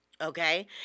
okay